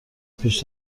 پیش